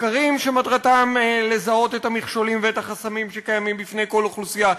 מחקרים שמטרתם לזהות את המכשולים ואת החסמים שקיימים בפני כל אוכלוסייה,